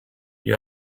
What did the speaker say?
you